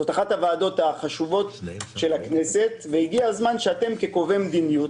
זאת אחת הוועדות החשובות בכנסת והגיע הזמן שאתם כקובעי מדיניות